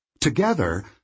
Together